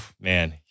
Man